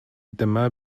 dyma